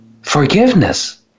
Forgiveness